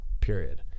Period